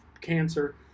cancer